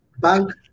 bank